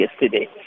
yesterday